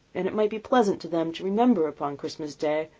and it might be pleasant to them to remember upon christmas day,